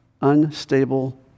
unstable